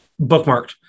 bookmarked